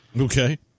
Okay